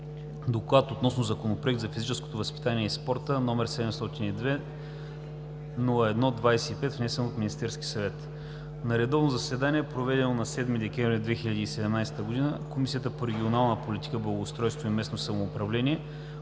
„ДОКЛАД относно Законопроект за физическото възпитание и спорта, № 702-01-25, внесен от Министерския съвет На редовно заседание, проведено на 7 декември 2017 г., Комисията по регионална политика, благоустройство и местно самоуправление